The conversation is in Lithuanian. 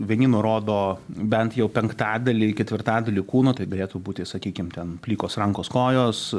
vieni nurodo bent jau penktadalį ketvirtadalį kūno tai galėtų būti sakykim ten plikos rankos kojos